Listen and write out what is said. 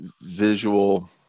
visual